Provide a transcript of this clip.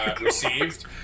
received